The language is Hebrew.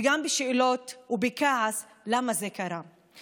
וגם בשאלות ובכעס למה זה קרה.